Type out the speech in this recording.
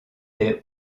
des